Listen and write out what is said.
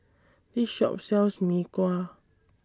This Shop sells Mee Kuah